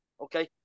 okay